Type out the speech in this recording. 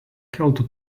keltų